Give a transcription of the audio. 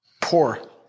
Poor